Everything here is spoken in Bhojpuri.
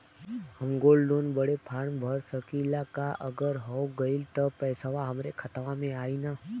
हम गोल्ड लोन बड़े फार्म भर सकी ला का अगर हो गैल त पेसवा हमरे खतवा में आई ना?